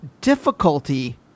difficulty